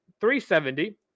.370